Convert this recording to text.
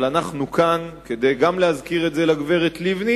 אבל אנחנו כאן כדי גם להזכיר את זה לגברת לבני